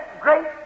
great